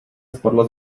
spadla